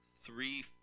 three